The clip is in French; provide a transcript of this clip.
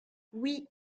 oui